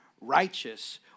righteous